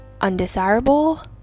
undesirable